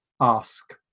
ask